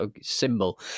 symbol